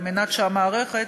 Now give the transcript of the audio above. כדי שהמערכת